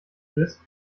ist